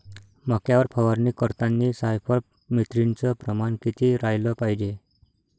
मक्यावर फवारनी करतांनी सायफर मेथ्रीनचं प्रमान किती रायलं पायजे?